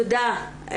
תודה.